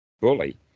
bully